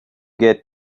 get